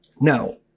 Now